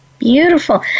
Beautiful